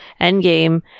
Endgame